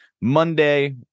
Monday